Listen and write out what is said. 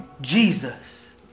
Jesus